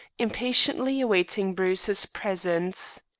impatiently awaiting bruce's presence.